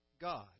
God